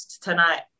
tonight